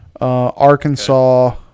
Arkansas